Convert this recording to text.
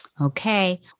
Okay